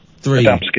three